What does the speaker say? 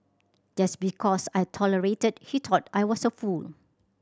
just because I tolerated he thought I was a fool